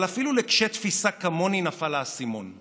אבל אפילו לקשה תפיסה כמוני נפל האסימון.